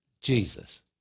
Jesus